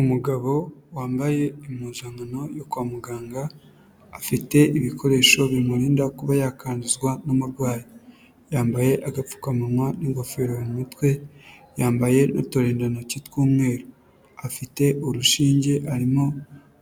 Umugabo wambaye impuzankano yo kwa muganga, afite ibikoresho bimurinda kuba yakanduzwa n'amurwayi, yambaye agapfukamunwa n'ingofero mu mutwe, yambaye uturindantoki tw'umweru, afite urushinge arimo